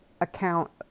account